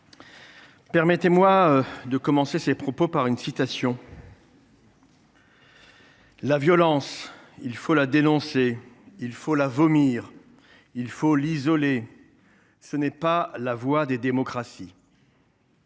permettez moi de commencer ce propos par une citation :« La violence, il faut la dénoncer, il faut la vomir, il faut l’isoler. Ce n’est pas la voie des démocraties. »